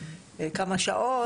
כמה שעות,